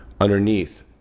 underneath